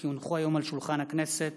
כי הונחו היום על שולחן הכנסת,